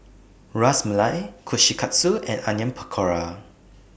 Ras Malai Kushikatsu and Onion Pakora